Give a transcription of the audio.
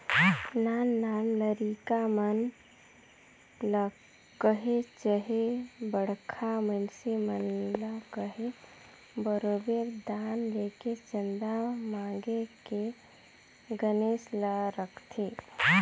नान नान लरिका मन ल कहे चहे बड़खा मइनसे मन ल कहे बरोबेर दान लेके चंदा मांएग के गनेस ल रखथें